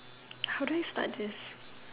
how do you start this